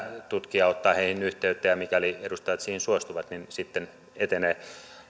tutkija ottaa yhteyttä ja mikäli edustajat siihen suostuvat sitten etenee